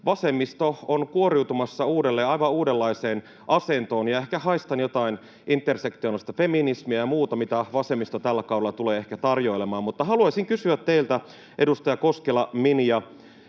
vasemmisto on kuoriutumassa uudelleen aivan uudenlaiseen asentoon, ja ehkä haistan jotain intersektionaalista feminismiä ja muuta, mitä vasemmisto tällä kaudella tulee ehkä tarjoilemaan. Haluaisin kysyä teiltä, edustaja Koskela, Minja: